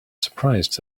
surprised